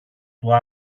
του